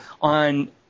on